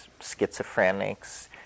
schizophrenics